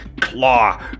claw